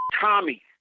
Tommy